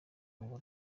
ngo